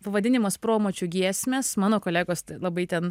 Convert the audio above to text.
pavadinimas promočių giesmės mano kolegos tai labai ten